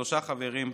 שלושה חברים,